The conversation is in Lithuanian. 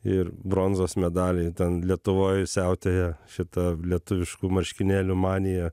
ir bronzos medaliai ten lietuvoj siautėja šita lietuviškų marškinėlių manija